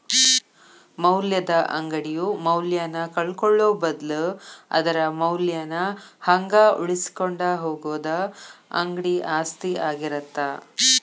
ಮೌಲ್ಯದ ಅಂಗಡಿಯು ಮೌಲ್ಯನ ಕಳ್ಕೊಳ್ಳೋ ಬದ್ಲು ಅದರ ಮೌಲ್ಯನ ಹಂಗ ಉಳಿಸಿಕೊಂಡ ಹೋಗುದ ಅಂಗಡಿ ಆಸ್ತಿ ಆಗಿರತ್ತ